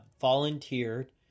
volunteered